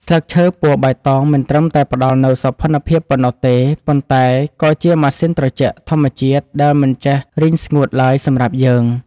ស្លឹកឈើពណ៌បៃតងមិនត្រឹមតែផ្ដល់នូវសោភ័ណភាពប៉ុណ្ណោះទេប៉ុន្តែក៏ជាម៉ាស៊ីនត្រជាក់ធម្មជាតិដែលមិនចេះរីងស្ងួតឡើយសម្រាប់យើង។